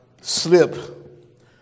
slip